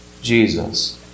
Jesus